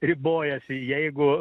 ribojasi jeigu